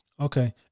Okay